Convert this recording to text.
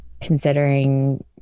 considering